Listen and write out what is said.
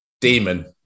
Demon